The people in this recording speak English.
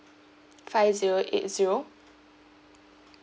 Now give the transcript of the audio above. five zero eight zero